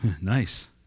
nice